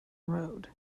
road